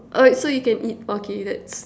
oh so you can eat okay that's